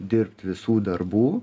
dirbt visų darbų